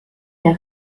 der